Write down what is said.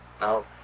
Now